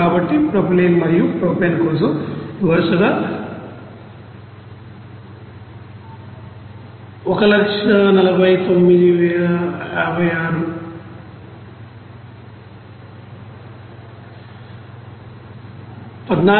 కాబట్టి ప్రొపిలీన్ మరియు ప్రొపేన్ కోసం ఇది వరుసగా 14956